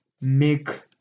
make